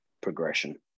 progression